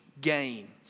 gain